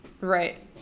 right